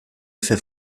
efe